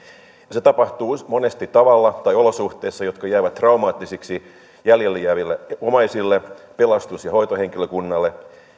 se tapahtuu monesti tavalla tai olosuhteissa jotka jäävät traumaattisiksi jäljelle jääville omaisille pelastus ja hoitohenkilökunnalle